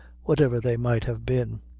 whatever they might have been.